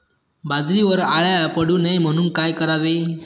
बाजरीवर अळ्या पडू नये म्हणून काय करावे?